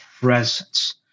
presence